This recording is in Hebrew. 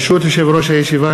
ברשות יושב-ראש הישיבה,